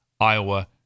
Iowa